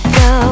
go